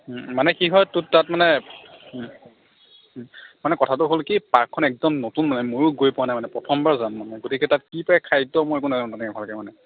মানে কি হয় তো তাত মানে মানে কথাটো হ'ল কি পাৰ্কখন একদম নতুন মানে ময়ো গৈ পোৱা নাই মানে প্ৰথমবাৰ যাম মই মানে গতিকে তাত কি পায় খাদ্য মই একো নাজনো মানে ভালকৈ মানে